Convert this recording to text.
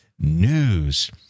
news